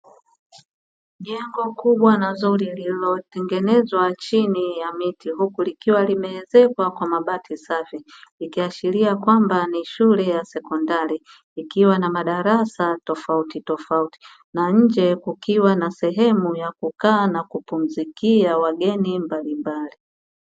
Jengo kubwa na zuri lililo tengenezwa chini ha miti huku likiwa limeezekwa kwa mabati safi, ikiashiria kwamba ni shume ya sekondári ikiwa na madarasa tofauti tofauti na nje kukiwa na sehemu ya kukaa na kupuzikia wageni mbalimbali.